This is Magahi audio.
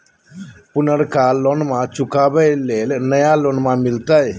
पुर्नका लोनमा चुकाबे ले नया लोन मिलते?